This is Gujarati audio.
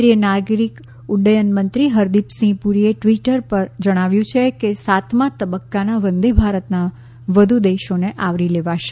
કેન્દ્રીય નાગરિક ઉફયનમંત્રી હરદિપસિંહ પુરીએ ટ્વીટર ઉપર જણાવ્યું છે કે સાતમા તબક્કાના વંદેભારતના વધુ દેશોને આવરી લેવાશે